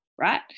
right